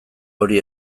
hori